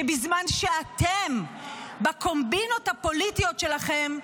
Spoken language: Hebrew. שבזמן שאתם בקומבינות הפוליטיות שלכם,